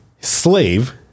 slave